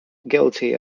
guilty